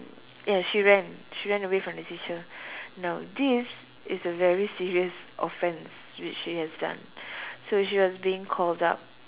ya she ran she ran away from the teacher now this is a very serious offence which she has done so she was being called up